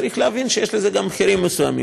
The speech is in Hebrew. צריך להבין שיש לזה גם מחיר מסוים,